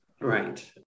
Right